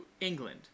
England